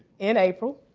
in april.